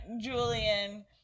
Julian